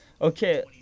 Okay